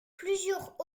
plusieurs